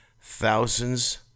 Thousands